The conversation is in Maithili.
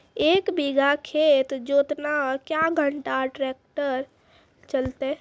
एक बीघा खेत जोतना क्या घंटा ट्रैक्टर चलते?